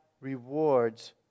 rewards